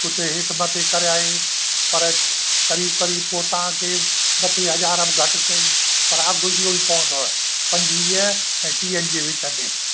कुझु हेठि मथे कराए पर क़रीब क़रीब पोइ तव्हांखे ॿ टे हज़ार बि घटि कईं पर अघु इहो ई पवंदव पंजवीह ऐं टीहनि जे विच में